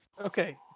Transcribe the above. Okay